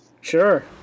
Sure